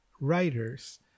writers